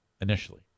initially